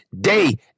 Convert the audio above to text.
day